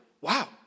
wow